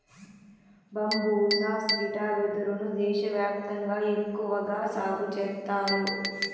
బంబూసా స్త్రిటా వెదురు ను దేశ వ్యాప్తంగా ఎక్కువగా సాగు చేత్తారు